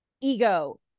ego